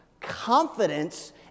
confidence